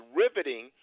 riveting